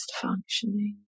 functioning